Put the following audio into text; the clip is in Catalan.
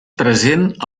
present